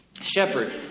shepherd